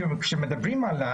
איך אתה מדבר?